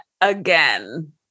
again